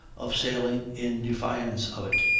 of sailing in defiance of it,